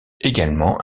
également